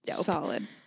solid